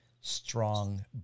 strong